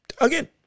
again